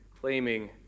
claiming